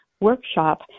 workshop